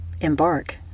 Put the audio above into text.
embark